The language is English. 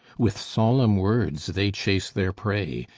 with solemn words they chase their prey,